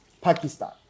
Pakistan